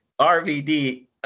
RVD